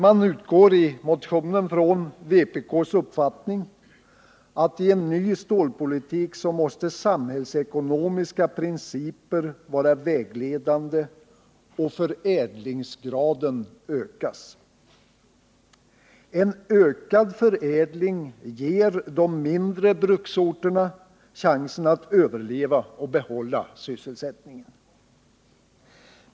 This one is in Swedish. Man utgår i motionen från vpk:s uppfattning att i en ny stålpolitik måste samhällsekonomiska principer vara vägledande och förädlingsgraden ökas. En ökad förädlingsgrad ger de mindre bruksorterna chansen att överleva och behålla sysselsättningen.